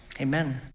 amen